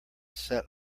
set